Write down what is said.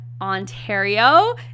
Ontario